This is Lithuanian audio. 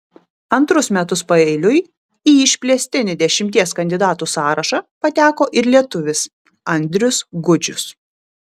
antrus metus paeiliui į išplėstinį dešimties kandidatų sąrašą pateko ir lietuvis andrius gudžius